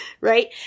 Right